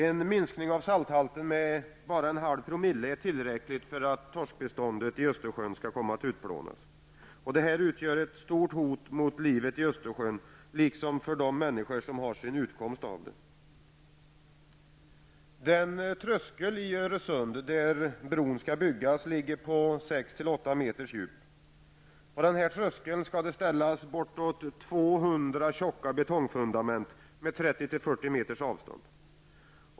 En minskning av bara en halv promille är tillräckligt för att torskbeståndet i Östersjön skall utplånas. Detta utgör ett stort hot mot livet i havet, liksom för de människor som har sin utkomst från det. Den tröskel i Öresund där bron skall byggas ligger på 6--8 meters djup. På denna tröskel skall det ställas bortåt 200 tjocka betongfundament med 30-- 40 meters avstånd.